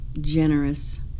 generous